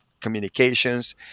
communications